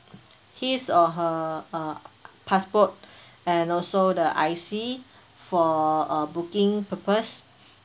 his or her uh passport and also the I_C for uh booking purpose